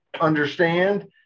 understand